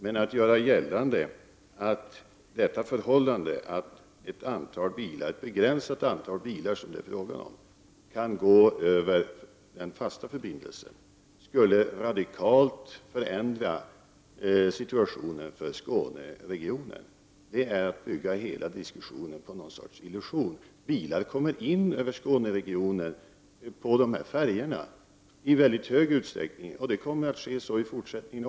Men att göra gällande att det förhållandet att ett begränsat antal bilar — det är detta det är fråga om — som passerar över den fasta förbindelsen radikalt skulle förändra situationen för Skåneregionen är att bygga hela diskussionen på någon sorts illusion. Bilar kommer i hög utsträckning redan i dag till Skåneregionen på färjorna. Så kommer att ske även i fortsättningen.